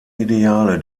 ideale